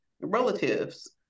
Relatives